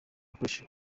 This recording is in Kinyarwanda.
akoresheje